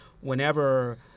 whenever